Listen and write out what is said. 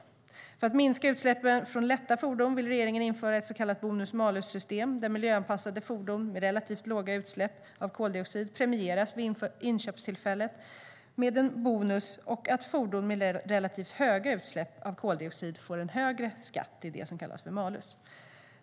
För att minska utsläppen från lätta fordon vill regeringen införa ett så kallat bonus-malus-system där miljöanpassade fordon med relativt låga utsläpp av koldioxid premieras vid inköpstillfället med en bonus och att fordon med relativt höga utsläpp av koldioxid får högre skatt, det som kallas för malus.